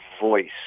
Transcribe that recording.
voice